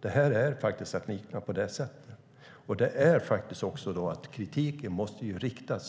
Det är faktiskt att likna vid detta. Då måste kritiken från